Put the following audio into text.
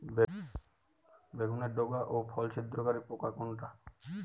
বেগুনের ডগা ও ফল ছিদ্রকারী পোকা কোনটা?